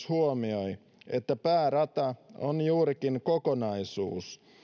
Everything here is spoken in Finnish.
huomioi myös että päärata on juurikin kokonaisuus